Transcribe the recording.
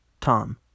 Tom